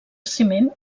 ciment